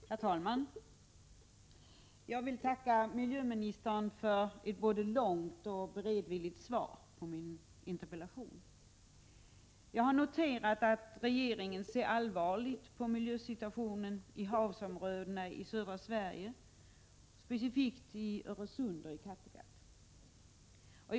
Herr talman! Jag vill tacka miljöministern för ett både långt och tillmötesgående svar på min interpellation. Jag har noterat att regeringen ser allvarligt på miljösituationen i havsområdena i södra Sverige, specifikt i Öresund och Kattegatt.